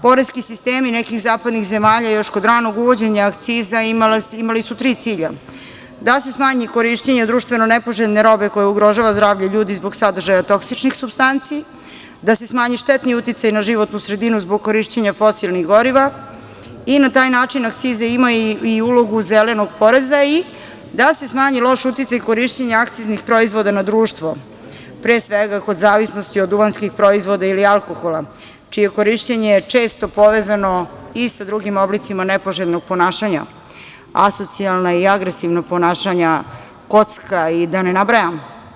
Poreski sistemi nekih zapadnih zemalja još kod ranog uvođenja akciza imali su tri cilja: da se smanji korišćenje društveno nepoželjne robe koja ugrožava zdravlje ljudi zbog sadržaja toksičnih supstanci, da se smanji štetni uticaj na životnu sredinu zbog korišćenja fosilnih goriva i na taj način akcize imaju i ulogu zelenog poreza, i da se smanji loš uticaj korišćenja akciznih proizvoda na društvo, pre svega kod zavisnosti od duvanskih proizvoda ili alkohola, čije korišćenje je često povezano i sa drugim oblicima nepoželjnog ponašanja, asocijalnog i agresivnog ponašanja, kocka i da ne nabrajam.